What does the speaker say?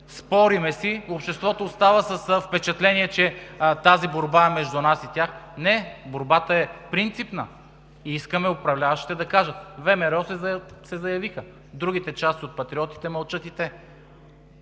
спорим си, обществото остава с впечатление, че тази борба е между нас и тях. Не, борбата е принципна и искаме управляващите да кажат. ВМРО се заявиха. Другите – част от патриотите мълчат и те